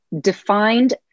defined